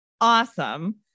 awesome